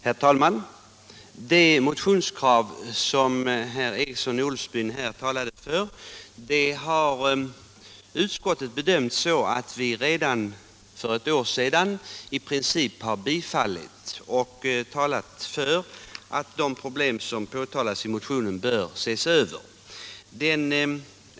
Herr talman! Det motionskrav som herr Eriksson i Ulfsbyn här talade för har utskottet enligt sin bedömning i princip tillstyrkt redan för ett år sedan, då utskottet framhöll att de i motionen påtalade problemen bör ses över.